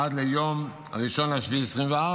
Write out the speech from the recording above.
עד ליום 1 ביולי 2024,